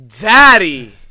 Daddy